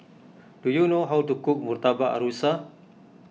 do you know how to cook Murtabak Rusa